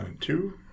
two